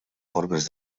formes